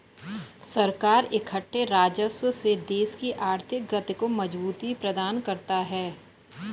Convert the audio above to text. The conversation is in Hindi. सरकार इकट्ठे राजस्व से देश की आर्थिक गति को मजबूती प्रदान करता है